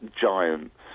giants